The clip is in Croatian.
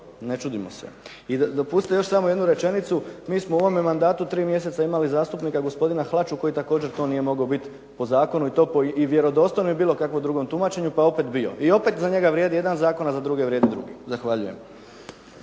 ne čudimo se. I dopustite još samo jednu rečenicu. Mi smo u ovome mandatu tri mjeseca imali zastupnika gospodina Hlaču koji također to nije mogao biti po zakonu i to vjerodostojno je bilo u kakvom drugom tumačenju pa je opet bio, i opet za njega vrijedi jedan zakon a za druge vrijedi drugi. Zahvaljujem.